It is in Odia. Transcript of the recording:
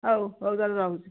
ହଉ ହଉ ତା'ହେଲେ ରହୁଛି